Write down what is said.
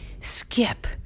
Skip